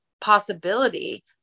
possibility